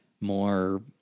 more